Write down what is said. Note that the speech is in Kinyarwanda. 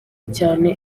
cyane